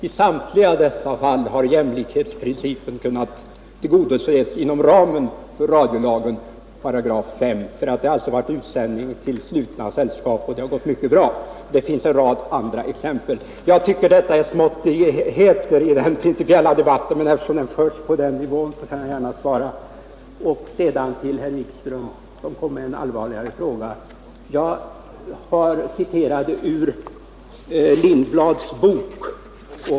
I samtliga dessa fall har jämlikhetsprincipen kunnat tillgodoses inom ramen för § 5 radiolagen. Det har alltså varit utsändning till slutna sällskap, och det har gått mycket bra. Det finns även en rad andra exempel. Jag tycker detta är småttigheter i den principiella debatten, men eftersom den förs på den nivån vill jag gärna svara. Sedan vänder jag mig till herr Wikström som kom med en allvarligare fråga. Jag citerade ur Lindblads bok.